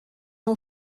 não